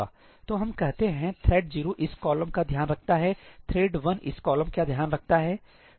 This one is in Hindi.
तो हम कहते हैं थ्रेड 0 इस कॉलम का ध्यान रखता है थ्रेड 1 इस कॉलम का ध्यान रखता है